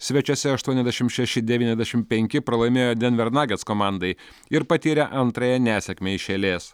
svečiuose aštuoniasdešim šeši devyniasdešim penki pralaimėjo denver nagets komandai ir patyrė antrąją nesėkmę iš eilės